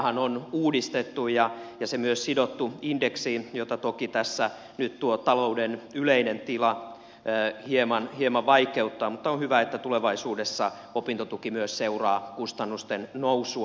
opintotukeahan on uudistettu ja se on myös sidottu indeksiin mitä toki tässä nyt tuo talouden yleinen tila hieman vaikeuttaa mutta on hyvä että tulevaisuudessa opintotuki myös seuraa kustannusten nousua